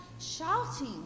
shouting